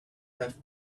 have